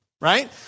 right